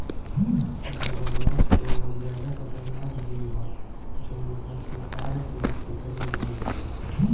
मगरमच्छ एगो ज्यादे खतरनाक जिऊ ह जवन आपना शिकार के सीधे लिल जाला